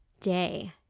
day